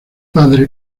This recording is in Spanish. padre